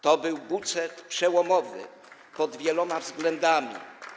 To był budżet przełomowy pod wieloma względami.